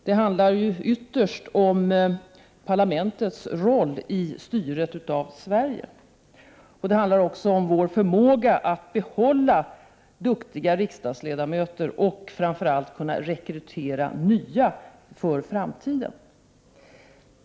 Den handlar ytterst om parlamentets roll i styret av Sverige, och den handlar också om vår förmåga att behålla duktiga riksdagsledamöter och framför allt att kunna rekrytera nya för framtiden.